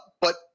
But-